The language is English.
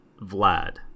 Vlad